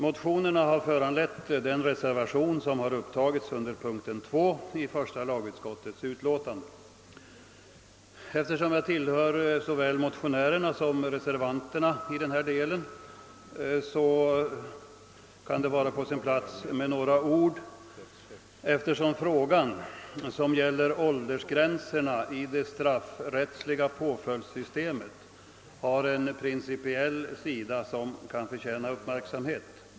Motionerna har föranlett den vid första lagutskottets utlåtande fogade reservationen 2. Eftersom jag tillhör såväl motionärerna som reservanterna i denna del kan det vara på sin plats att jag säger några ord. Frågan om åldersgränserna i det straffrättsliga påföljdssystemet har nämligen en principiell sida, som kan förtjäna uppmärksamhet.